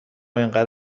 انقد